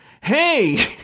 Hey